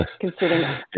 considering